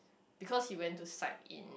because he went to psych in